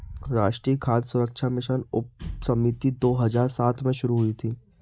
राष्ट्रीय खाद्य सुरक्षा मिशन उपसमिति दो हजार सात में शुरू हुई थी